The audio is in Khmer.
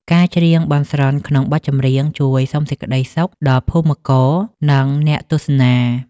ការច្រៀងបន់ស្រន់ក្នុងបទចម្រៀង ជួយសុំសេចក្ដីសុខដល់ភូមិករ និងអ្នកទស្សនា។